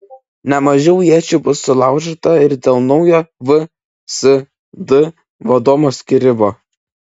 ne mažiau iečių bus sulaužyta ir dėl naujo vsd vadovo skyrimo